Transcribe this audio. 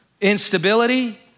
instability